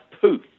poof